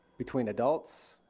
between adults,